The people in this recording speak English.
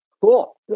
cool